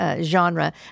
Genre